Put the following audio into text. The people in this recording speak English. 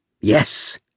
Yes